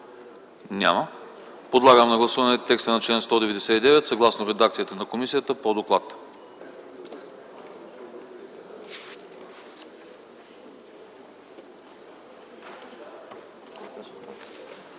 Няма. Подлагам на гласуване текста на чл. 199, съгласно редакцията на комисията по доклада.